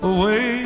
Away